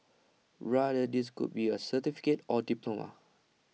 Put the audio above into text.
rather this could be A certificate or diploma